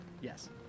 yes